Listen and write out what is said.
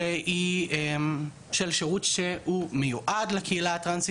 שהיא של שירות שהוא מיועד לקהילה הטרנסית.